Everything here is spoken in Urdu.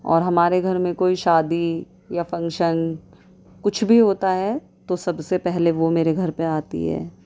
اور ہمارے گھر میں کوئی شادی یا فنکشن کچھ بھی ہوتا ہے تو سب سے پہلے وہ میرے گھر پہ آتی ہے